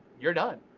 you're done.